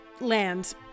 land